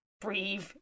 breathe